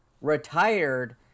retired